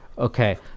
Okay